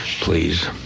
Please